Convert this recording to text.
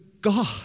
God